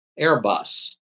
Airbus